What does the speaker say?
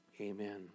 amen